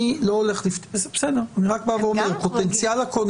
הם גם מחורגים.